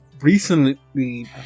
recently